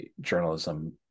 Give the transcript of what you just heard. journalism